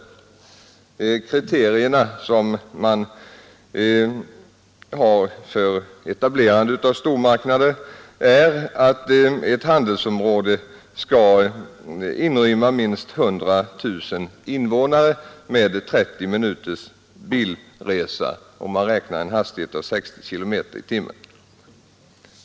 De kriterier man har för etablerande av stormarknader är att ett handelsområde skall inrymma minst 100 000 invånare med 30 minuters bilresa, om man räknar en hastighet av 60 km/tim.